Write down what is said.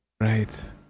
Right